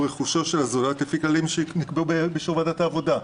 רכושו של הזולת לפי כללים שנקבעו באישור ועדת העבודה,